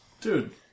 Dude